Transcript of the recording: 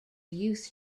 youth